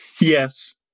Yes